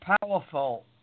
powerful